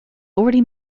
already